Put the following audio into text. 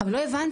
עכשיו לא הבנתי.